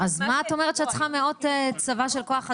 אז מה את אומרת שאת צריכה מאות צבא של כוח אדם,